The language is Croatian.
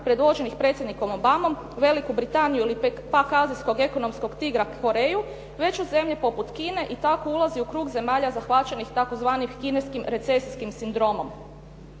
predvođenih predsjednikom Obamom, Veliku Britaniju ili pak azijskog ekonomskog tigra Koreju već uz zemlje poput Kine i tako ulazi u krug zemalja zahvaćenih tzv. kineskim recesijskim sindromom.